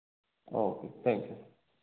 okay thank you